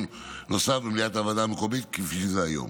נוסף במליאת הוועדה המקומית כפי שזה היום.